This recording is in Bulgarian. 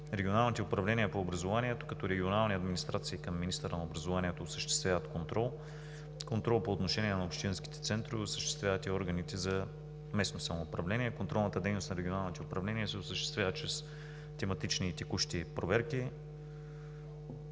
Регионалните управления по образованието като регионални администрации към министъра на образованието осъществяват контрол. Контрол по отношение на общинските центрове осъществяват и органите за местно самоуправление. Контролната дейност на регионалните управления се осъществява чрез тематични и текущи проверки.